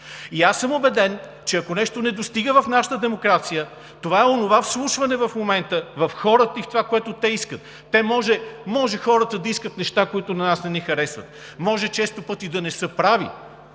партии. Убеден съм, че ако нещо не достига в нашата демокрация, това е онова вслушване в момента в хората и в онова, което те искат. Може хората да искат неща, които на нас не ни харесват. Може често пъти да не са прави.